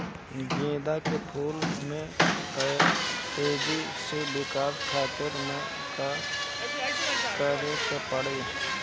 गेंदा के फूल में तेजी से विकास खातिर का करे के पड़ी?